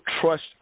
trust